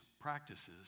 practices